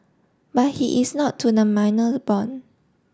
but he is not to the minor born